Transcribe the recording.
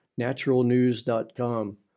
Naturalnews.com